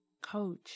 coach